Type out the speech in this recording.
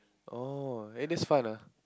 oh eh that's fun ah